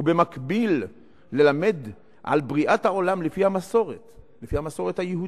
ובמקביל ללמד על בריאת העולם לפי המסורת היהודית,